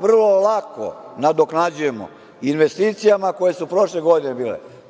vrlo lako nadoknađujemo investicijama koje su prošle godine